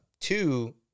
two